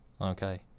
Okay